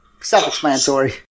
Self-explanatory